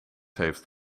heeft